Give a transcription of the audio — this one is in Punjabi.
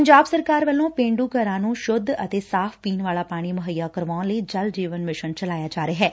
ਪੰਜਾਬ ਸਰਕਾਰ ਵੱਲੋਂ ਪੇਂਂਂਂ ਘਰਾਂ ਨੂੰ ਸੁੱਧ ਅਤੇ ਸਾਫ਼ ਪੀਣ ਵਾਲਾ ਪਾਣੀ ਮੁਹੱਈਆ ਕਰਵਾਉਣ ਲਈ ਜਲ ਜੀਵਨ ਮਿਸ਼ਨ ਚਲਾਇਆ ਜਾ ਰਿਹੈ